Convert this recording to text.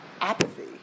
apathy